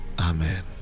Amen